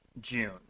June